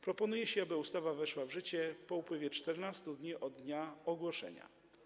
Proponuje się, aby ustawa weszła w życie po upływie 14 dni od dnia ogłoszenia.